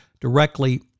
directly